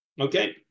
Okay